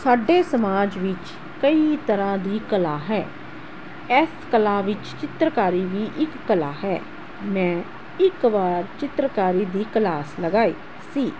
ਸਾਡੇ ਸਮਾਜ ਵਿੱਚ ਕਈ ਤਰ੍ਹਾਂ ਦੀ ਕਲਾ ਹੈ ਇਸ ਕਲਾ ਵਿੱਚ ਚਿੱਤਰਕਾਰੀ ਵੀ ਇੱਕ ਕਲਾ ਹੈ ਮੈਂ ਇੱਕ ਵਾਰ ਚਿੱਤਰਕਾਰੀ ਦੀ ਕਲਾਸ ਲਗਾਈ ਸੀ